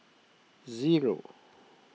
zero